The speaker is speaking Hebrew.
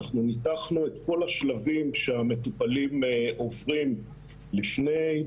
ניתחנו את כל השלבים שהמטופלים עוברים לפני,